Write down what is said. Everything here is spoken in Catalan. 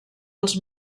els